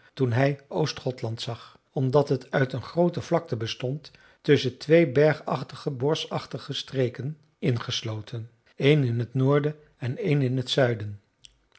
toen hij oostgothland zag omdat het uit een groote vlakte bestond tusschen twee bergachtige boschachtige streken ingesloten een in t noorden en een in t zuiden